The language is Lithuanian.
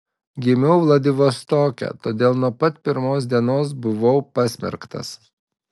gimiau vladivostoke todėl nuo pat pirmos dienos buvau pasmerktas